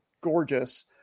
gorgeous